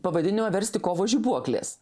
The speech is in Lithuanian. pavadinimą versti kovo žibuoklės